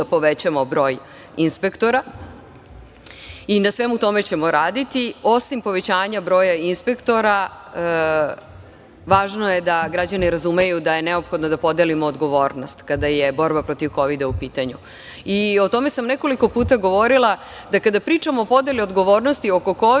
povećamo broj inspektora i na svemu tome ćemo raditi. Osim povećanja broja inspektora, važno je da građani razumeju da je neophodno da podelimo odgovornost kada je borba protiv Kovida u pitanju. O tome sam nekoliko puta govorila, da kada pričamo o podeli odgovornosti oko Kovida